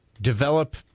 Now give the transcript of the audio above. develop